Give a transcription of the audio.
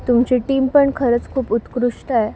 तुमची टीम पण खरंच खूप उत्कृष्ट आहे